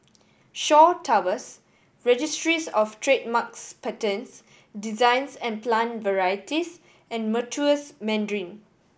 Shaw Towers Registries Of Trademarks Patents Designs and Plant Varieties and Meritus Mandarin